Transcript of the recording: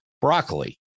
broccoli